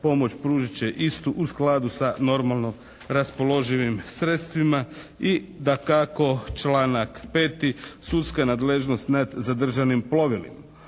pomoć pružit će istu u skladu sa normalno raspoloživim sredstvima. I dakako članak 5. Sudska nadležnost nad zadržan im plovilima.